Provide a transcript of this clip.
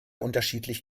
unterschiedlich